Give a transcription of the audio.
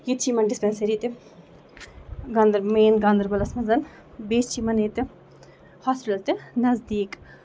ییٚتہِ چھِ یِمن ڈِسپینسٔری تہِ گاندر مین گاندربَلس منٛز بیٚیہِ چھِ یِمن ییٚتہِ ہاسپِٹل تہِ نزدیٖک